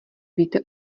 víte